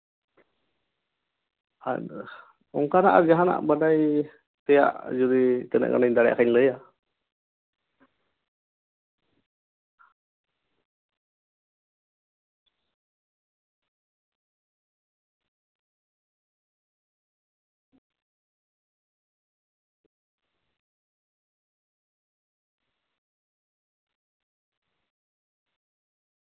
ᱟᱫᱚ ᱚᱱᱠᱟᱱᱟᱜ ᱟᱨ ᱡᱟᱦᱟᱸᱱᱟᱜ ᱵᱟᱰᱟᱭ ᱛᱮᱭᱟᱜ ᱡᱩᱫᱤ ᱛᱤᱱᱟᱹᱜ ᱜᱟᱱᱤᱧ ᱫᱟᱲᱮᱭᱟᱜ ᱠᱷᱟᱡ ᱤᱧ ᱞᱟᱹᱭᱟ